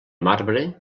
marbre